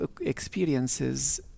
experiences